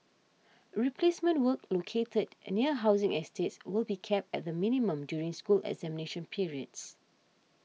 replacement work located near housing estates will be kept at the minimum during school examination periods